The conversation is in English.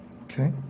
Okay